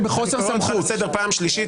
חבר הכנסת יורי אני קורא אותך לסדר פעם ראשונה.